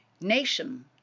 Nation